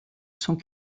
sont